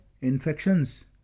infections